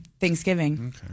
Thanksgiving